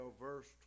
verse